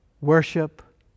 Worship